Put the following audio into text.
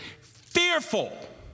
fearful